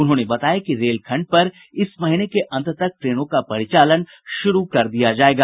उन्होंने बताया कि रेलखंड पर इस महीने के अंत तक ट्रेनों का परिचालन शुरू कर दिया जायेगा